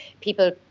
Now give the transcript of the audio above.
people